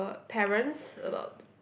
parents about